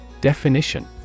Definition